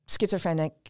Schizophrenic